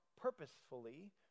purposefully